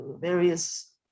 various